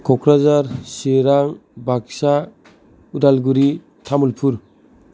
Kokrajhar Chirang Baksa Udalguri Tamulpur